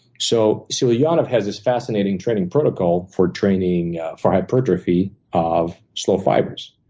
so surianav has this fascinating training protocol for training for hypertrophy of slow fibers.